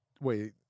wait